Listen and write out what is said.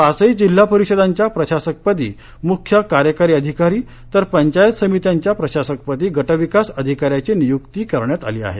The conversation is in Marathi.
पाचही जिल्हा परिषदांच्या प्रशासकपदी मुख्य कार्यकारी अधिकारी तर पंचायत समित्यांच्या प्रशासकपदी गटविकास अधिकाऱ्याची नियुक्ती करण्यात आली आहे